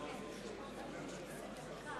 (קורא בשמות חברי הכנסת)